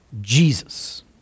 Jesus